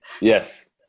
Yes